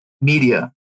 media